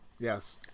Yes